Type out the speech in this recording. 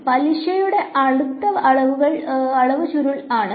പലിശയുടെ അടുത്ത അളവ് ചുരുൾ ആണ്